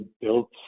built